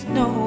no